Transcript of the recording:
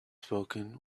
spoken